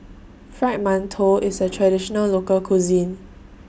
Fried mantou IS A Traditional Local Cuisine